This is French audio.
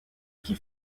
qui